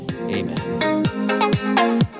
Amen